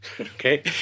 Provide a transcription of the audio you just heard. Okay